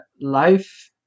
life